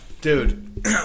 Dude